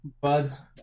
buds